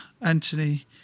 Anthony